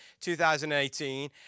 2018